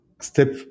Step